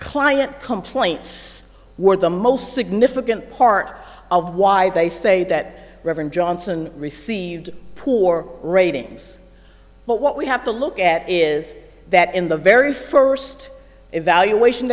client complaints were the most significant part of why they say that reverend johnson received poor ratings but what we have to look at is that in the very first evaluation